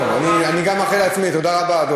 מאחלים לך שיהיו לך רק חוקים כאלה.